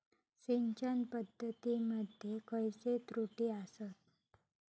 सिंचन पद्धती मध्ये खयचे त्रुटी आसत?